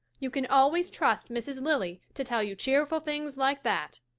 you can always trust mrs. lilly to tell you cheerful things like that.